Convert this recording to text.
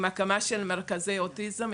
עם הקמה של מרכזי אוטיזם.